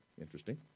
interesting